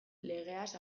legeaz